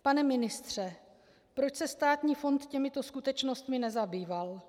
Pane ministře, proč se Státní fond těmito skutečnostmi nezabýval?